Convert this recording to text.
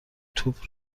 توپ